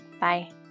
Bye